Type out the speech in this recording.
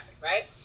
Right